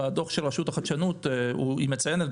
בדוח של רשות החדשנות היא מציינת,